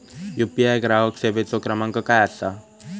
UPI ग्राहक सेवेचो क्रमांक काय असा?